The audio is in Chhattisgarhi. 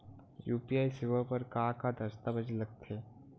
यू.पी.आई सेवा बर का का दस्तावेज लगथे?